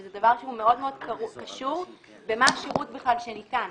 שזה דבר שהוא מאוד מאוד קשור במה השירות שניתן בכלל,